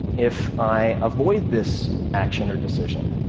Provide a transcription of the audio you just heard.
if i avoid this action or decision